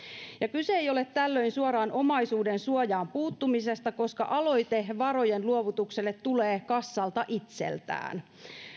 kyse ei ole tällöin suoraan omaisuudensuojaan puuttumisesta koska aloite varojen luovutukselle tulee kassalta itseltään